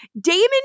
damon